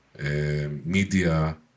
media